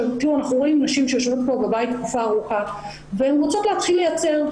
אנחנו רואים נשים שיושבות בבית תקופה ארוכה והן רוצות להתחיל לייצר.